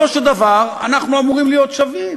אבל ביסודו של דבר אנחנו אמורים להיות שווים,